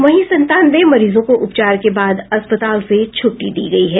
वहीं संतानवे मरीजों को उपचार के बाद अस्पताल से छुट्टी दी गयी है